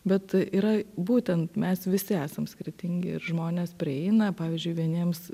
bet yra būtent mes visi esam skirtingi ir žmonės prieina pavyzdžiui vieniems